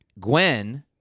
Gwen